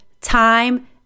time